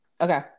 Okay